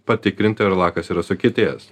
patikrinti ar lakas yra sukietėjęs